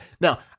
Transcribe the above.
Now